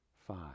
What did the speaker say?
five